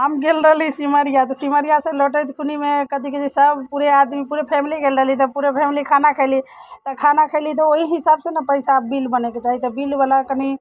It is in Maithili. हम गेल रहली सिमरिया तऽ सिमरिया से लौटैत खुनिमे कथि कहै छै सभ पूरे आदमी पूरे फैमिली गेल रहली तऽ पूरे फैमिली खाना खयली तऽ खाना खयली तऽ ओहि हिसाब से ने पैसा बिल बनैके चाही तऽ बिल बला कनि